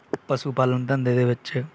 ਪਸ਼ੁ ਪਾਲਣ ਧੰਦੇ ਦੇ ਵਿੱਚ